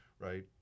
right